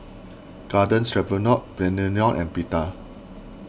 Garden Stroganoff Naengmyeon and Pita